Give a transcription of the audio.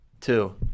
two